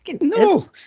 No